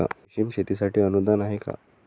रेशीम शेतीसाठी अनुदान आहे का?